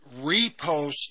repost